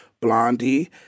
Blondie